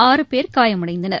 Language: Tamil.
ஆறு பேர் காயமடைந்தனர்